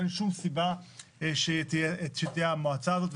אין שום סיבה שתהיה המועצה הזאת,